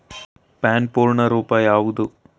PAN ಪೂರ್ಣ ರೂಪ ಯಾವುದು?